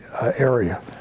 area